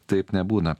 taip nebūna